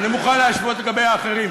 אני מוכן להשוות לגבי האחרים.